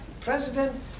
president